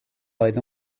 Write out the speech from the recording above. oedd